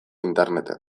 interneten